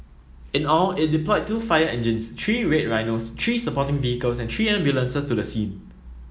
in all it deployed two fire engines three Red Rhinos three supporting vehicles and three ambulances to the scene